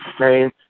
name